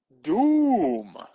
Doom